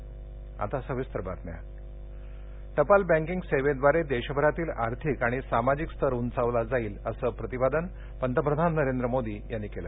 बाईटआयपीपीबी जावडेकर टपाल बैंकिंग सेवेद्वारे देशभरातील आर्थिक आणि सामाजिक स्तर उंचावला जाईल असं प्रतिपादन पंतप्रधान नरेंद्र मोदी यांनी केलं